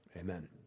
Amen